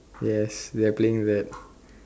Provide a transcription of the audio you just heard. yes we are playing that